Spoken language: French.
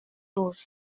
douze